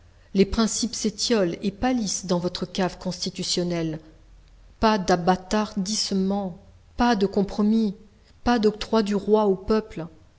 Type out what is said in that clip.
les principes s'étiolent et pâlissent dans votre cave constitutionnelle pas d'abâtardissement pas de compromis pas d'octroi du roi au peuple